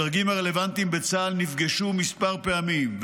הדרגים הרלוונטיים בצה"ל נפגשו מספר פעמים,